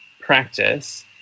practice